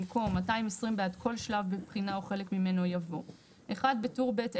במקום "220 בעד כל שלב בבחינה או חלק ממנו" יבוא - בטור ב'